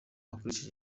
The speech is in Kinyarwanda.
akoresheje